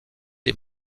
des